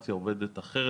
הרגולציה עובדת אחרת.